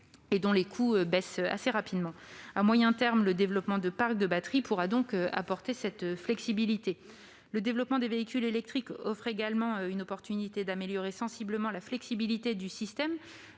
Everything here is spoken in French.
et dont les coûts baissent rapidement. À moyen terme, le développement de parcs de batteries pourra donc apporter cette flexibilité. Le développement des véhicules électriques offre également une opportunité d'améliorer sensiblement la flexibilité du système